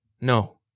No